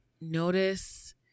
notice